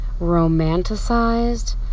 romanticized